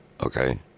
Okay